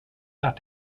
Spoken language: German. nach